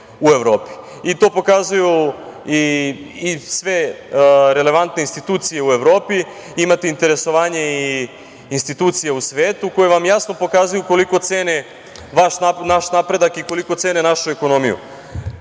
To pokazuju i sve relevantne institucije u Evropi. Imate interesovanje i institucija u svetu koje vam jasno pokazuju koliko cene naš napredak i koliko cene našu ekonomiju. Čisto